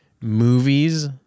movies